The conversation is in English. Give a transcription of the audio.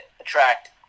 attract